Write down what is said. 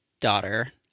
daughter